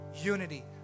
Unity